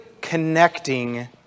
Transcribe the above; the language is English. connecting